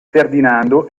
ferdinando